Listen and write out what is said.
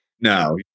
No